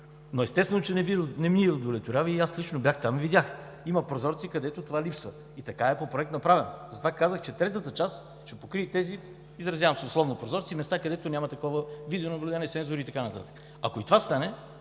Но естествено, че не ни удовлетворява. Аз лично бях там и видях, че има прозорци, където липсват. Направено е така по проект. Затова казах, че третата част ще покрие тези – изразявам се условно, прозорци на местата, където няма такова видео наблюдение, сензори и така нататък. Ако и това стане,